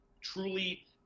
truly